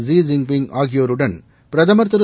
Xi Jinping ஆகியோருடன் பிரதமர் திரு